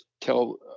tell